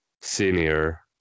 senior